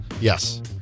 Yes